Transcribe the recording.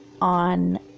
on